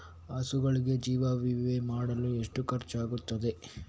ಹಸುಗಳಿಗೆ ಜೀವ ವಿಮೆ ಮಾಡಲು ಎಷ್ಟು ಖರ್ಚಾಗುತ್ತದೆ?